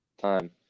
time